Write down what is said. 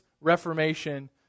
reformation